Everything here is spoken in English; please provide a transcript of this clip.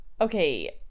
Okay